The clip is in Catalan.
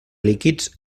líquids